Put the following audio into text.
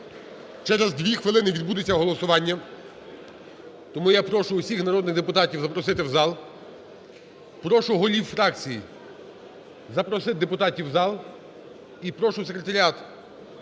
Через 2 хвилини відбудеться голосування. Тому я прошу усіх народних депутатів запросити в зал. Прошу голів фракцій запросити депутатів в зал. І прошу Секретаріат